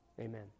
Amen